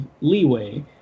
leeway